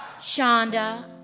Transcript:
Shonda